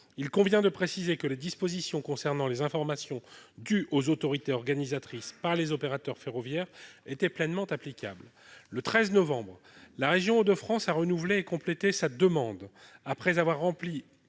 Il convient de préciser que les dispositions concernant les informations dues aux autorités organisatrices par les opérateurs ferroviaires étaient pleinement applicables. Le 13 novembre 2018, la région Hauts-de-France a renouvelé et complété sa demande, après avoir rempli